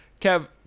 Kev